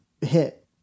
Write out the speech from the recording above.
hit